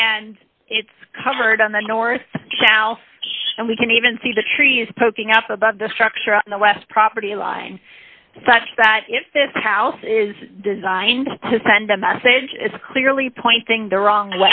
and it's covered on the north south and we can even see the trees poking up above the structure on the west property line such that if this house is designed to send a message it's clearly pointing the wrong